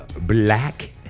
black